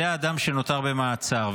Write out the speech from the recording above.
זה האדם שנותר במעצר.